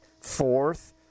Fourth